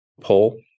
pull